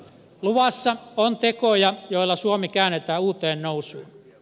luvassa on tekoja joilla suomi käännetään uuteen nousuun